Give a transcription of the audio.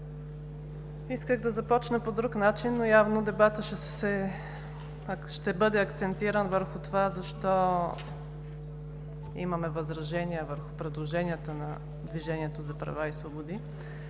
Исках да започна по друг начин, но явно дебатът ще бъде акцентиран върху това защо имаме възражения върху предложенията на „Движението за права и свободи“.